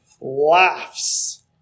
laughs